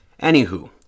anywho